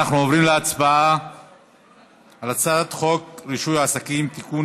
אנחנו עוברים להצבעה על הצעת חוק רישוי עסקים (תיקון,